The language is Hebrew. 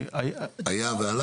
היה והלך?